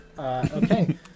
Okay